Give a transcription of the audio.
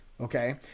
okay